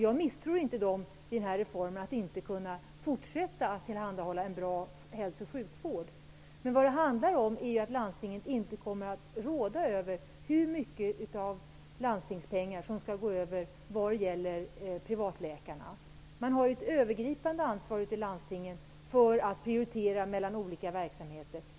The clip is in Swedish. Jag tvivlar inte på att de i och med den här reformen skall kunna fortsätta att tillhandahålla en bra hälso och sjukvård. Vad det handlar om är att landstingen inte kommer att råda över hur mycket landstingspengar som skall gå över till privatläkarna. Det finns ett övergripande ansvar ute i landstingen för att prioritera mellan olika verksamheter.